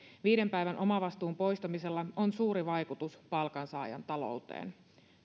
viiden päivän omavastuun poistamisella on suuri vaikutus palkansaajan talouteen